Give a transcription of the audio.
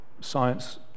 science